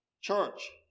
church